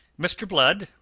mr. blood,